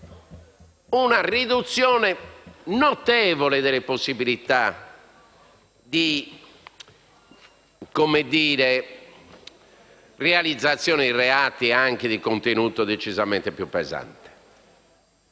una riduzione notevole della possibilità di commissione di reati, anche di contenuto decisamente più pesante;